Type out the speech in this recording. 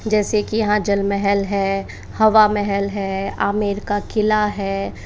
जैसे कि यहाँ जल महल है हवा महल है आमेर का किला है